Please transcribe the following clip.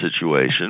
situation